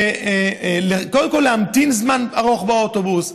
קודם כול להמתין זמן ארוך לאוטובוס,